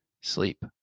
sleep